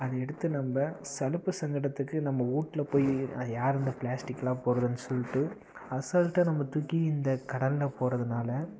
அதை எடுத்து நம்ம சலுப்பு சங்கடத்துக்கு நம்ம விட்ல போய் யார் இந்த பிளாஸ்டிக்லாம் போடுறதுன்னு சொல்லிட்டு அசால்ட்டாக நம்ம தூக்கி இந்த கடலில் போடுறதுனால